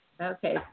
Okay